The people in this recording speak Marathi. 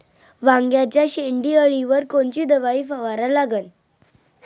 वांग्याच्या शेंडी अळीवर कोनची दवाई फवारा लागन?